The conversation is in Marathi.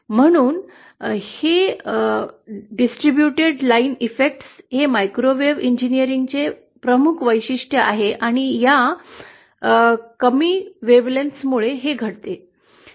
म्हणूनच हे वितरित लाईन इफेक्ट्स हे मायक्रोवेव्ह इंजिनीअरिंगचे प्रमुख वैशिष्ट्य आहे आणि या कमी तरंगलांबी मुळे हे घडते